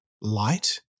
light